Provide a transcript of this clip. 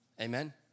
amen